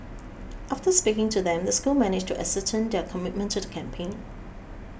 after speaking to them the school managed to ascertain their commitment to the campaign